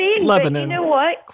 Lebanon